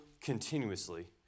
continuously